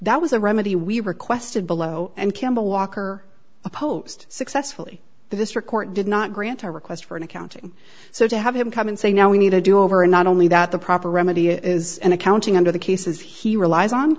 that was a remedy we requested below and kemba walker opposed successfully the district court did not grant a request for an accounting so to have him come and say now we need a do over and not only that the proper remedy is an accounting under the cases he relies on